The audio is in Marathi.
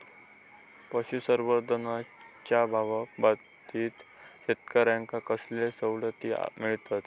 पशुसंवर्धनाच्याबाबतीत शेतकऱ्यांका कसले सवलती मिळतत?